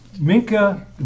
Minka